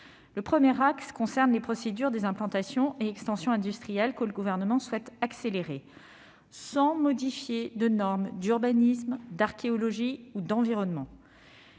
Le premier axe concerne les procédures des implantations et extensions industrielles que le Gouvernement souhaite accélérer sans modifier de normes d'urbanisme, d'archéologie ou d'environnement.